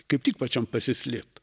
kaip tik pačiam pasislėpt